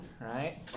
right